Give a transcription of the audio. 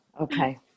Okay